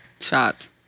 Shots